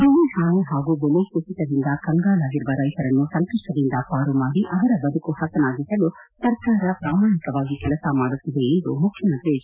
ದೆಳೆ ಹಾನಿ ಹಾಗೂ ದೆಲೆ ಕುಸಿತದಿಂದ ಕಂಗಾಲಾಗಿರುವ ರೈತರನ್ನು ಸಂಕಷ್ಪದಿಂದ ಪಾರುಮಾಡಿ ಅವರ ಬದುಕು ಹಸನಾಗಿಸಲು ಸರ್ಕಾರ ಪ್ರಾಮಾಣಿಕವಾಗಿ ಕೆಲಸ ಮಾಡುತ್ತಿದೆ ಎಂದು ಮುಖ್ಯಮಂತ್ರಿ ಹೆಚ್